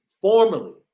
formally